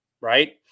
right